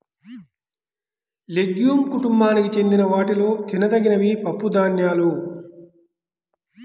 legume కుటుంబానికి చెందిన వాటిలో తినదగినవి పప్పుధాన్యాలు